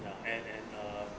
ya and and uh